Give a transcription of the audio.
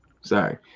Sorry